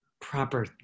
proper